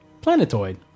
Planetoid